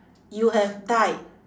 you have died